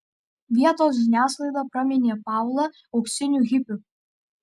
vietos žiniasklaida praminė paulą auksiniu hipiu